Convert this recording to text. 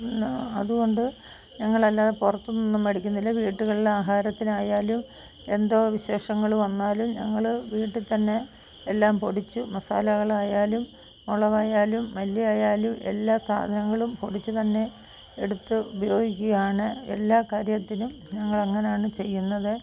അത് കൊണ്ട് ഞങ്ങൾ അല്ലാതെ പുറത്ത് നിന്നൊന്നും മേടിക്കുന്നില്ല വീടുകളിൽ ആഹാരത്തിനായാലും എന്തോ വിശേഷങ്ങൾ വന്നാലും ഞങ്ങൾ വീട്ടിൽ തന്നെ എല്ലാം പൊടിച്ച് മസാലകളായാലും മുളകായാലും മല്ലി ആയാലും എല്ലാ സാധനങ്ങളും പൊടിച്ച് തന്നെ എടുത്ത് ഉപയോഗിക്കുകയാണ് എല്ലാ കാര്യത്തിലും ഞങ്ങൾ അങ്ങനെയാണ് ചെയ്യുന്നത്